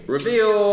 Reveal